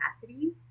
capacity